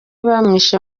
bamwishe